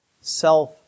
self